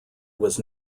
was